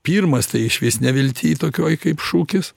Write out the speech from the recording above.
pirmas tai išvis nevilty tokioj kaip šūkis